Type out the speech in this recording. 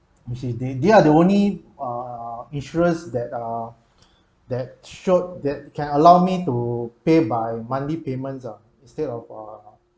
which is they they are the only uh insurers that err that showed that can allow me to pay by monthly payments ah instead of uh